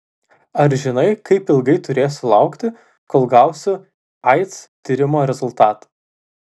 ar žinai kaip ilgai turėsiu laukti kol gausiu aids tyrimo rezultatą